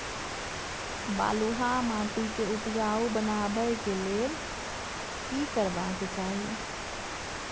बालुहा माटी के उपजाउ बनाबै के लेल की करबा के चाही?